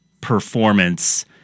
performance